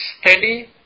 steady